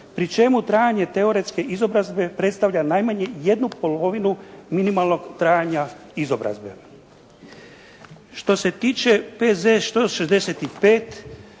pri čemu trajanje teoretske izobrazbe predstavlja najmanje jednu polovinu minimalnog trajanja izobrazbe. Što se tiče P.Z. 165